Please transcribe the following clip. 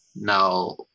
now